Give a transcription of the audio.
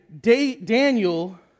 Daniel